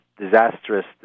disastrous